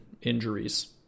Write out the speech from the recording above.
injuries